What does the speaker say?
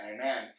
Amen